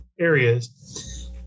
areas